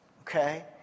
okay